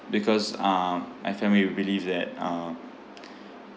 because uh my family we believe that uh